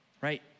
right